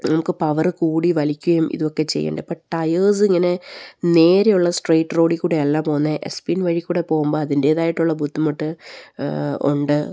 നമുക്ക് പവറ് കൂടി വലിക്കുകയും ഇതവൊക്കെ ചെയ്യേണ്ട അപ്പം ടയേഴ്സ് ഇങ്ങനെ നേരെയുള്ള സ്ട്രേറ്റ് റോഡിൽ കൂടെയല്ല പോകുന്നത് എസ് പിൻ വഴിക്കൂടെ പോകുമ്പോൾ അതിൻ്റെതായിട്ടുള്ള ബുദ്ധിമുട്ട് ഉണ്ട്